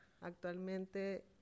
Actualmente